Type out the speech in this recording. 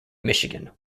michigan